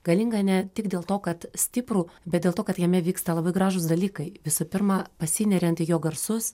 galingą ne tik dėl to kad stiprų bet dėl to kad jame vyksta labai gražūs dalykai visų pirma pasineriant į jo garsus